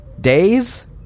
Days